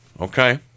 Okay